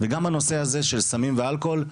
כל ילד נחשף לסמים ולאלכוהול ולעישון,